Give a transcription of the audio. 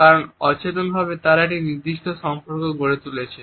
কারণ অচেতনভাবে তারা একটি নির্দিষ্ট সম্পর্ক গড়ে তুলেছে